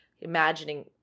imagining